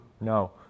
no